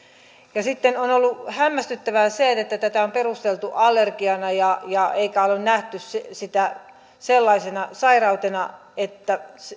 sitten on ollut hämmästyttävää se että tätä on perusteltu allergiana eikä ole nähty sitä sellaisena sairautena että